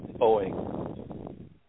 owing